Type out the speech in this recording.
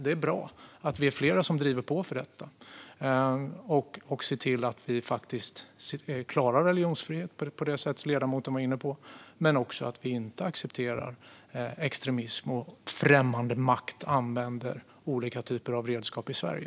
Det är bra att vi är flera som driver på i frågor om religionsfrihet, samtidigt som vi inte accepterar extremism och att främmande makt använder olika typer av redskap i Sverige.